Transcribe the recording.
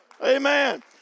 Amen